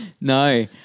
No